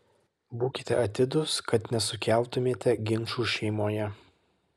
būkite atidūs kad nesukeltumėte ginčų šeimoje